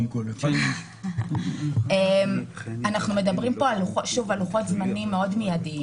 אנחנו מדברים על לוחות זמנים מידיים.